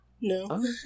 No